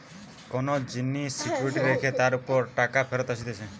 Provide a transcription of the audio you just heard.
কোন জিনিস সিকিউরিটি রেখে তার উপর টাকা ফেরত আসতিছে